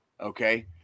okay